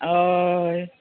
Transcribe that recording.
हय